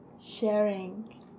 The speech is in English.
sharing